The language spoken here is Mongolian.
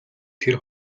тэр